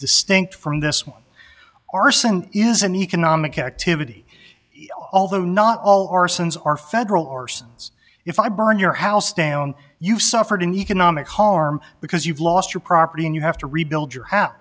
distinct from this arson is an economic activity although not all arsons are federal arsons if i burn your house down you've suffered an economic harm because you've lost your property and you have to rebuild your house